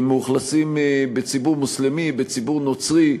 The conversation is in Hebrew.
שמאוכלסים בציבור מוסלמי, בציבור נוצרי.